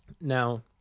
Now